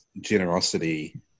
generosity